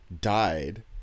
died